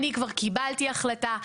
אני כבר קיבלתי החלטה.